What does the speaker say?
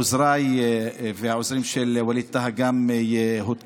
גם עוזריי והעוזרים של ווליד טאהא הותקפו.